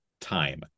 time